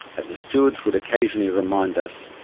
as the stewards would occasionally remind us,